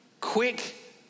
quick